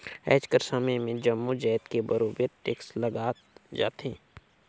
आएज कर समे में जम्मो जाएत में बरोबेर टेक्स लगाल जाथे